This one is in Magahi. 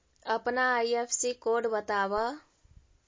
अपना आई.एफ.एस.सी कोड बतावअ